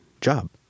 job